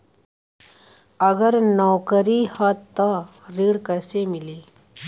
अगर नौकरी ह त ऋण कैसे मिली?